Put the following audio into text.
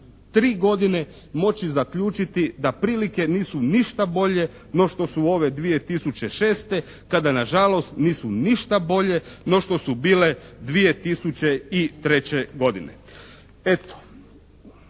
3 godine moći zaključiti da prilike nisu ništa bolje no što su ove 2006., kada nažalost nisu ništa bolje no što su bile 2003. godine. Eto,